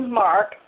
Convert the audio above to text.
mark